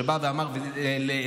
שהוא בא ואמר לפרקש,